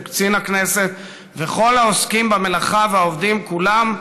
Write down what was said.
קצין הכנסת וכל העוסקים במלאכה והעובדים כולם,